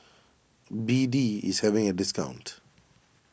B D is having a discount